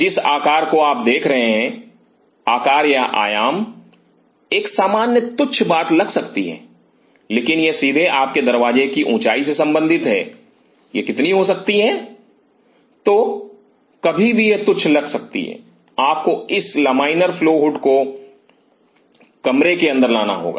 जिस आकार को आप आगे देख रहे हैं आकार या आयाम एक सामान्य तुच्छ बात लग सकती है लेकिन यह सीधे आपके दरवाजे की ऊंचाई से संबंधित है यह कितनी हो सकती है तो कभी भी यह तुच्छ लग सकती है आपको इस लमाइनर फ्लो हुड को कमरे के अंदर लाना होगा